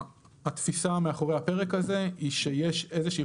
התפישה מאחורי הפרק הזה היא שיש איזושהי